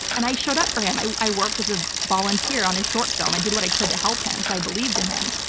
and i showed up for him. i i worked as a volunteer on a short film. i did what i could to help him because i believed in him.